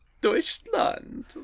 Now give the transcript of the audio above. Deutschland